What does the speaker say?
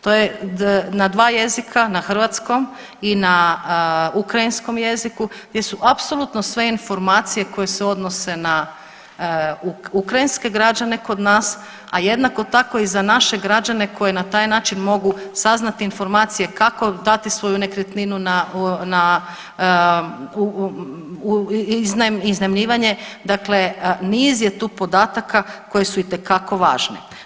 To je na dva jezika na hrvatskom i na ukrajinskom jeziku gdje su apsolutno sve informacije koje se odnose na ukrajinske građane kod nas, a jednako tako i za naše građane koji na taj način mogu saznati informacije kako dati svoju nekretninu na, u, u iznajmljivanje, dakle niz je tu podataka koji su itekako važno.